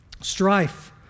Strife